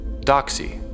Doxy